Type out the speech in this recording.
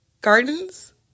Gardens